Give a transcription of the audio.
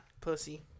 pussy